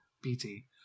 BT